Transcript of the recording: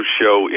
show